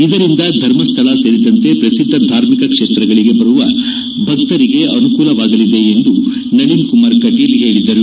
ಇದರಿಂದ ಧರ್ಮಸ್ಥಳ ಸೇರಿದಂತೆ ಪ್ರಸಿದ್ದ ಧಾರ್ಮಿಕ ಕ್ಷೇತ್ರಗಳಿಗೆ ಬರುವ ಭಕ್ತರಿಗೆ ಅನುಕೂಲವಾಗಲಿದೆ ಎಂದು ನಳೀನ್ ಕುಮಾರ್ ಕಟೀಲ್ ಹೇಳಿದರು